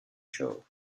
show